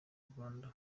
rwanda